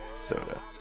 soda